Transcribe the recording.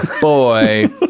boy